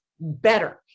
better